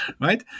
right